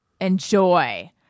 Enjoy